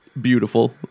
Beautiful